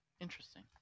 Interesting